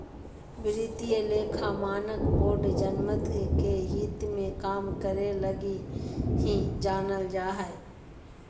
वित्तीय लेखा मानक बोर्ड जनमत के हित मे काम करे लगी ही जानल जा हय